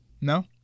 No